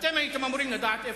אתם הייתם אמורים לדעת איפה.